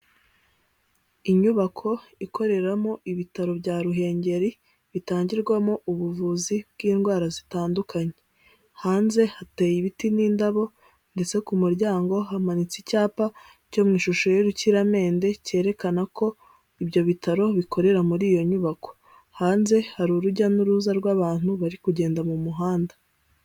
Inyubako ikoreramo ibitaro bya Ruhengeri bitangirwamo ubuvuzi bw'indwara zitandukanye, hanze hateye ibiti n'indabo ndetse ku muryango hamanitse icyapa cyo mu ishusho y'urukiramende cyerekana ko ibyo bitaro bikorera muri iyo nyubako, hanze hari urujya n'uruza rw'abantu bari kugenda mu muhanda.